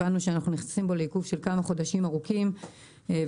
הבנו שאנחנו נכנסים פה לעיכוב של כמה חודשים ארוכים וביקשנו